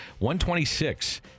126